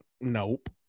Nope